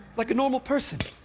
like a normal person.